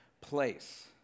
place